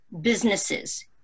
businesses